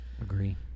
agree